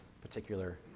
particular